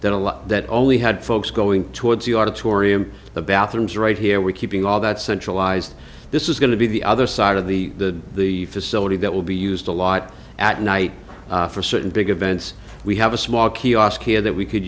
lot that only had folks going towards the auditorium the bathrooms right here we're keeping all that centralized this is going to be the other side of the the the facility that will be used a lot at night for certain big events we have a small kiosk here that we could